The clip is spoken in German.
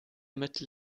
mittel